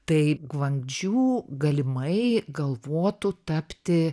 tai gvangdžu galimai galvotų tapti